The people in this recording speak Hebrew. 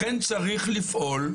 לכן צריך לפעול.